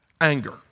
anger